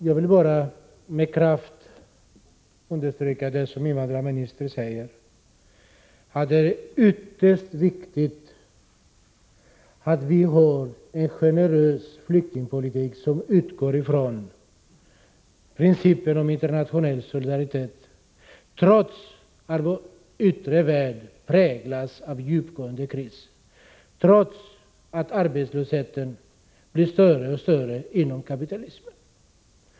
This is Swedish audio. Jag vill bara med kraft understryka det som invandrarministern sade, nämligen att det är ytterst viktigt att vi har en generös flyktingpolitik, som utgår från principen om internationell solidaritet, trots att vår yttre värld präglas av djupa kriser, trots att arbetslösheten blir större och större inom kapitalismen.